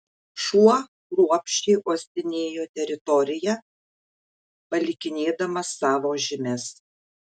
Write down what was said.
šuo kruopščiai uostinėjo teritoriją palikinėdamas savo žymes